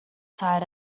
tight